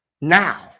now